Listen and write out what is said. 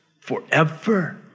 forever